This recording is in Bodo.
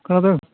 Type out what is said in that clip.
खोनादों